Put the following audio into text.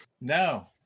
No